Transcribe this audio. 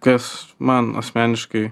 kas man asmeniškai